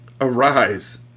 Arise